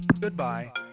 Goodbye